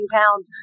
pounds